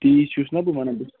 تی چھُس نَہ بہٕ وَنان بہٕ